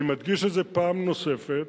אני מדגיש את זה פעם נוספת,